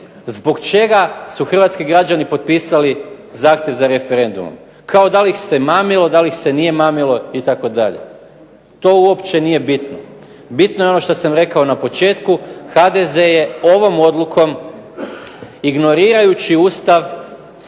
zbog čega su hrvatski građani potpisali zahtjev za referendumom, kao da li ih se mamilo, da li ih se nije mamilo itd. To uopće nije bitno. Bitno je ono što sam rekao na početku, HDZ je ovom odlukom ignorirajući Ustav udario